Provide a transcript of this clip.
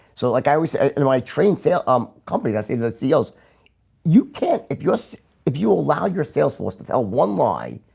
so like i reset and my train say um company that's a the seals you can't if you just if you allow your salesforce to tell one lie,